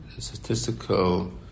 Statistical